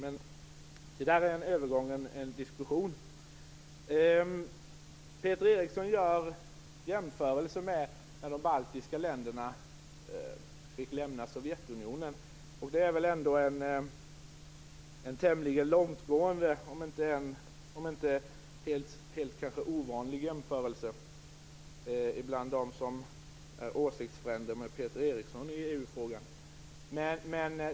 Men det är en överspelad diskussion. Peter Eriksson gör jämförelser med när de baltiska länderna fick lämna Sovjetunionen. Det är en tämligen långtgående om än inte helt ovanlig jämförelse bland Peter Erikssons åsiktsfränder när det gäller EU frågan.